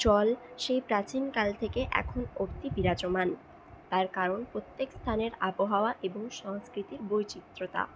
চল সেই প্রাচীনকাল থেকে এখন অব্দি বিরাজমান তার কারণ প্রত্যেক স্থানের আবহাওয়া এবং সংস্কৃতির বৈচিত্র্যতা